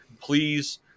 please